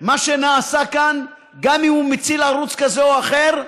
מה שנעשה כאן, גם אם הוא מציל ערוץ כזה או אחר,